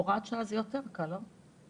הוראת שעה זה יותר קל, לא?